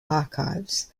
archives